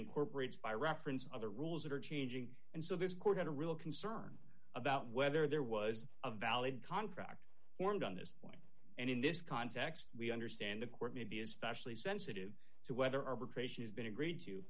incorporates by reference other rules are changing and so this court had a real concern about whether there was a valid contract formed on this point and in this context we understand according to be especially sensitive to whether arbitration has been agreed to